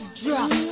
drop